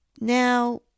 now